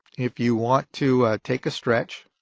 if you want to take a stretch,